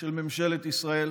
של ממשלת ישראל.